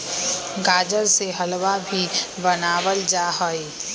गाजर से हलवा भी बनावल जाहई